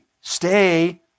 Stay